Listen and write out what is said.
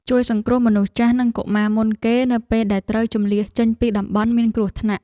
ជួយសង្គ្រោះមនុស្សចាស់និងកុមារមុនគេ នៅពេលដែលត្រូវជម្លៀសចេញពីតំបន់មានគ្រោះថ្នាក់។